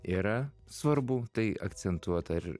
yra svarbu tai akcentuot ar